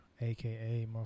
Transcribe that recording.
aka